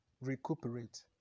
recuperate